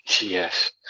yes